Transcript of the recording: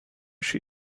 she